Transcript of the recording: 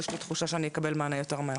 יש לי תחושה שאני אקבל מענה יותר מהר.